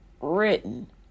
written